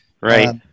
Right